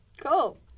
Cool